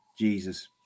Jesus